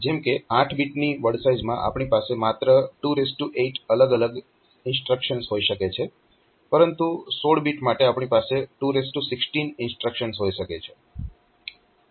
જેમ કે 8 બીટની વર્ડ સાઈઝમાં આપણી પાસે માત્ર 28 અલગ અલગ ઇન્સ્ટ્રક્શન્સ હોઈ શકે છે પરંતુ 16 બીટ માટે આપણી પાસે 216 ઇન્સ્ટ્રક્શન્સ હોઈ શકે છે